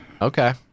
okay